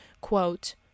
quote